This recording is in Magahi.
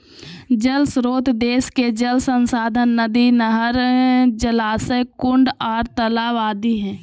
जल श्रोत देश के जल संसाधन नदी, नहर, जलाशय, कुंड आर तालाब आदि हई